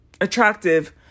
Attractive